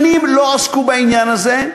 שנים לא עסקו בעניין הזה,